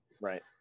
right